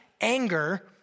anger